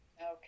Okay